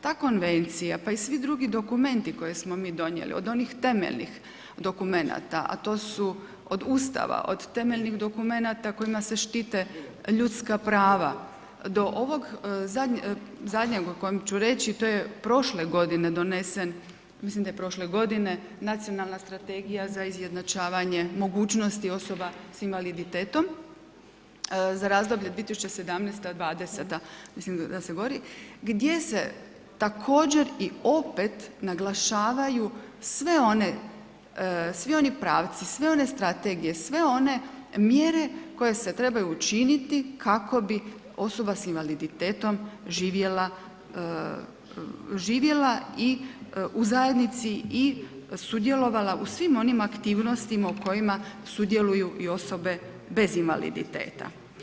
Ta konvencija pa i svi drugi dokumenti koje smo mi donijeli, od onih temeljnih dokumenata, a to su od Ustava, od temeljnih dokumenata kojima se štite ljudska prava do ovog zadnjeg o kojem ću reći, to je prošle godine donesen, mislim da je prošle godine, Nacionalna strategija za izjednačavanje mogućnosti osoba s invaliditetom za razdoblje 2017./2020. mislim da se govori, gdje se također i opet naglašavaju svi oni pravci, sve one strategije, sve one mjere koje se trebaju učiniti kako bi osoba s invaliditetom živjela i u zajednici i sudjelovala u svim onim aktivnostima u kojima sudjeluju i osobe bez invaliditeta.